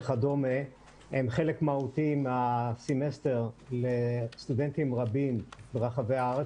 וכדומה הם חלק מהותי מהסמסטר לסטודנטים רבים ברחבי הארץ.